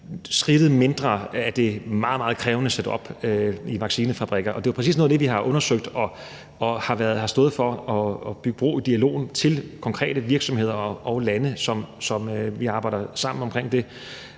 til det meget, meget krævende setup på vaccinefabrikker. Og det er jo præcis sådan noget, vi har undersøgt, og vi har stået for at bygge bro i dialogen til konkrete virksomheder og lande, som vi arbejder sammen med om det.